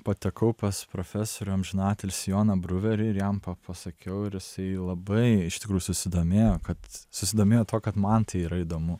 patekau pas profesorių amžinatilsį joną bruverį ir jam pa pasakiau ir jisai labai iš tikrųjų susidomėjo kad susidomėjo tuo kad man tai yra įdomu